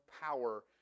power